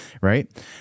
right